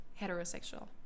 heterosexual